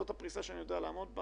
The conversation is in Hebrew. זאת הפריסה שאני יודע לעמוד בה